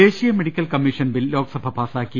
ദേശീയ medical commission bill Lok Sabha പാസാക്കി